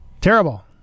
Terrible